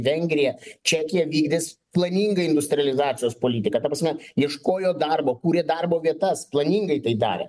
vengrija čekija vykdys planingai industrializacijos politiką ta prasme ieškojo darbo kūrė darbo vietas planingai tai darė